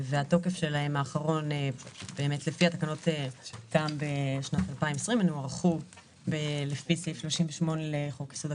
והתוקף האחרון שלהן תם בשנת 2020. הן הוארכו לפי סעיף 38 לחוק יסוד: